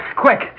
quick